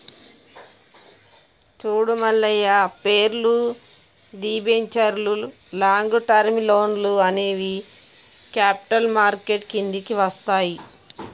చూడు మల్లయ్య పేర్లు, debentures long term లోన్లు అనేవి క్యాపిటల్ మార్కెట్ కిందికి వస్తాయి